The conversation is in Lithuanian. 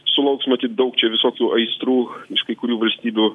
sulauks matyt daug čia visokių aistrų iš kai kurių valstybių